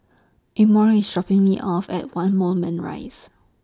Emory IS Shopping Me off At one Moulmein Rise